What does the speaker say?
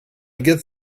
get